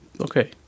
okay